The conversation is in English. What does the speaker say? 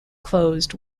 closed